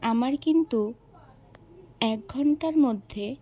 আমার কিন্তু এক ঘণ্টার মধ্যে